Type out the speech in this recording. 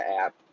app